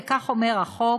וכך אומר החוק,